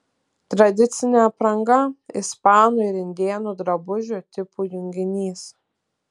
tradicinė apranga ispanų ir indėnų drabužių tipų junginys